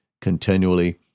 continually